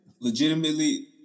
Legitimately